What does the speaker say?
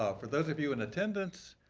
ah for those of you in attendance,